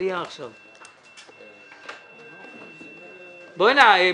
הישיבה ננעלה בשעה 13:00.